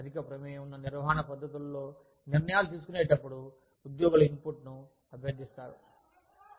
అధిక ప్రమేయం ఉన్న నిర్వహణ పద్ధతులలో నిర్ణయాలు తీసుకునేటప్పుడు ఉద్యోగుల ఇన్పుట్ను అభ్యర్థిస్తారు